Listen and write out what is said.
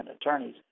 attorneys